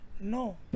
No